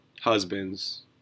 husbands